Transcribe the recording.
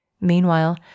Meanwhile